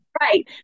right